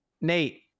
nate